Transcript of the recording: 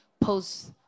post